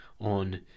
on